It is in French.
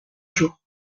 jour